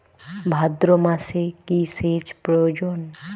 ভাদ্রমাসে কি সেচ প্রয়োজন?